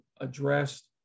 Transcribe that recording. addressed